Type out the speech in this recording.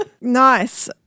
Nice